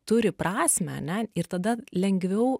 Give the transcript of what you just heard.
turi prasmę ane ir tada lengviau